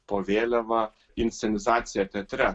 po vėliava inscenizacija teatre